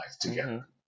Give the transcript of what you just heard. together